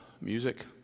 music